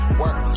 work